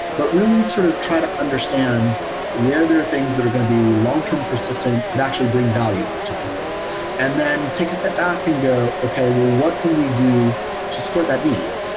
but really sort of try to understand where there are things that are going to be long-term persistent that actually bring value to people and then take a step back and go, okay. well, what can we do to support that need?